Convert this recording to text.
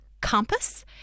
compass